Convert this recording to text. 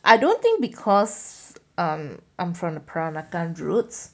I don't think because I'm from the peranakan roots